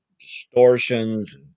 distortions